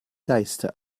geiste